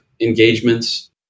engagements